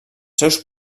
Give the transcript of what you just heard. seus